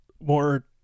more